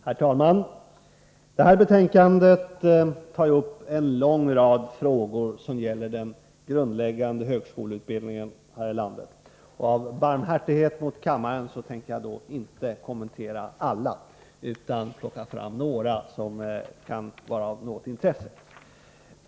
Herr talman! Detta betänkande tar upp en lång rad frågor som gäller den grundläggande högskoleutbildningen här i landet. Av barmhärtighet mot kammaren tänker jag dock inte kommentera alla utan plocka fram några som kan vara av intresse.